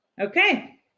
Okay